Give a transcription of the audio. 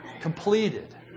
Completed